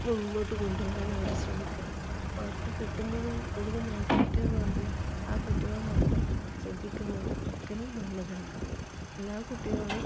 മുന്നോട്ട് കൊണ്ട് വരാൻ അവർ ശ്രമിക്കണം അപ്പം അവർക്ക് കിട്ടുന്നതും കൂടുതൽ മാർക്ക് കിട്ടിയെന്ന് പറഞ്ഞ് ആ കുട്ടികളെ മാത്രം ശ്രദ്ധിക്കുന്നത് ഒരിക്കലും നല്ലതല്ല എല്ലാ കുട്ടികളേയും